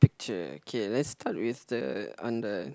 picture okay let's start with the under